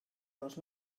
dos